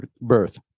birth